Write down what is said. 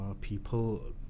people